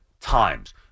times